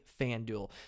FanDuel